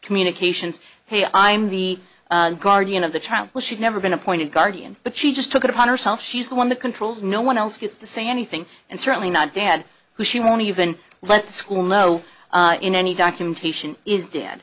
communications hey i'm the guardian of the child well she's never been appointed guardian but she just took it upon herself she's the one the controls no one else gets to say anything and certainly not dad who she won't even let the school know in any documentation is